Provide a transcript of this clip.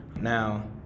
now